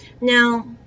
Now